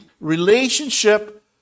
relationship